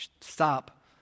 Stop